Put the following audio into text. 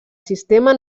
sistema